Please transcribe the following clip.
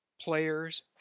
players